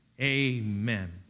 Amen